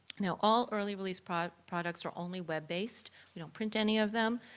now, all early release products products are only web-based. we don't print any of them,